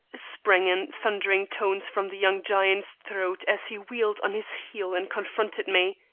sprang in thundering tones from the young giant's throat as he wheeled on his heel and confronted me.